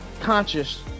conscious